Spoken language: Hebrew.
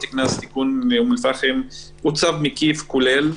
קנס) (תיקון) לאום אל פאחם הוא צו מקיף וכולל.